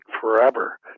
forever